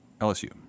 LSU